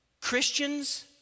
Christians